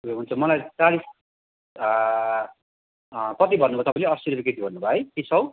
ए हुन्छ मलाई चालिस कति भन्नुभयो तपाईँले असी रुपियाँ केजी भन्नुभयो है कि सय